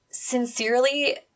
sincerely